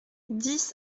dix